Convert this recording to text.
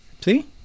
See